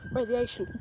radiation